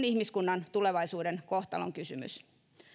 ihmiskunnan tulevaisuuden kohtalonkysymys